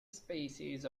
species